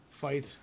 fight